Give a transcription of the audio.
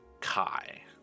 Kai